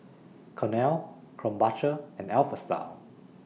Cornell Krombacher and Alpha Style